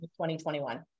2021